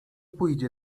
pójdzie